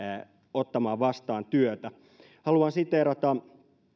ottamaan vastaan työtä haluan siteerata